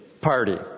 Party